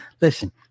Listen